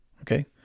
okay